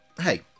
hey